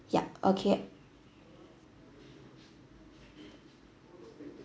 yup okay